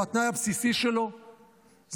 והתנאי הבסיסי שלו הוא שכולם,